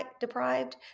deprived